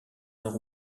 nord